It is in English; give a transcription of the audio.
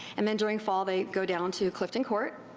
and then during fall they go down to clifton court,